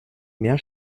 mehr